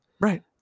right